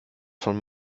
von